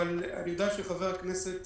אבל אני יודע שחבר הכנסת